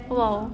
!wow!